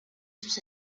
sus